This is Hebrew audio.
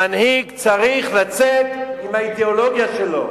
המנהיג צריך לצאת עם האידיאולוגיה שלו,